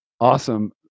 awesome